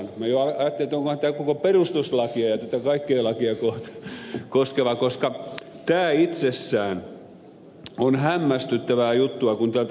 minä jo ajattelin että onkohan tämä koko perustuslakia ja kaikkia lakeja koskevaa koska tässä itsessään on hämmästyttävää juttua kun tätä lukee